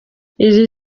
iri